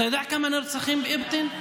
אתה יודע כמה נרצחים באבטין?